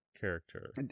character